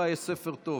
ספר טוב.